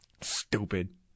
Stupid